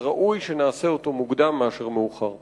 וראוי שנעשה אותו מוקדם מאשר מאוחר.